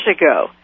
ago